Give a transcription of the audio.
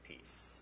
peace